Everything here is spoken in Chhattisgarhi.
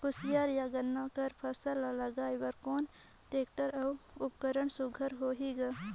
कोशियार या गन्ना कर फसल ल लगाय बर कोन टेक्टर अउ उपकरण सुघ्घर होथे ग?